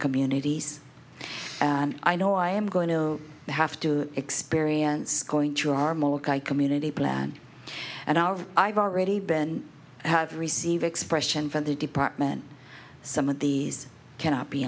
communities and i know i am going to have to experience going to our more community plan and our i've already been have received expression from the department some of these cannot be